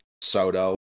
Soto